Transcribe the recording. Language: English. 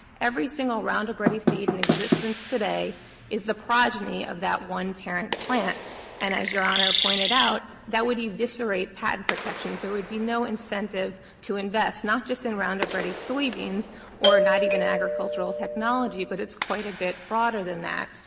every single roundup ready seed in existence today is the progeny of that one parent plant and, as your honor pointed out, that would eviscerate patent protections. there would be no incentive to invest, not just in roundup ready soybeans or not even agricultural technology, but it's quite a bit broader than that.